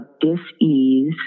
dis-ease